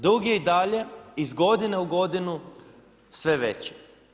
Dug je i dalje iz godine u godinu sve veći.